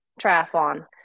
triathlon